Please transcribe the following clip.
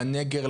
לנגר,